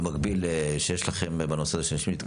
במקביל, שיש לכם בנושא של ---.